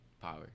power